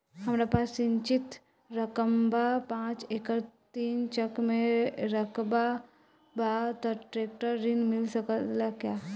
हमरा पास सिंचित रकबा पांच एकड़ तीन चक में रकबा बा त ट्रेक्टर ऋण मिल सकेला का?